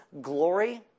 glory